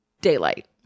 Daylight